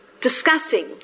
discussing